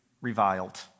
reviled